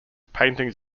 paintings